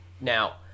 Now